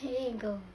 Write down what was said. eh eh kau